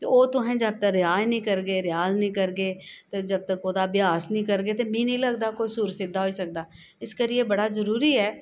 ते ओह् तुहें जद तक रहा ही नी करगे ते रेयाज नेईं करगे ते जब तक ओह्दा भ्यास नी करगे ते मी नी लगदा कोई सुर सिद्धा होई सकदा इस करियै बड़ा जरूरी ऐ